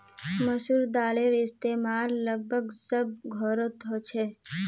मसूर दालेर इस्तेमाल लगभग सब घोरोत होछे